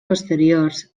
posteriors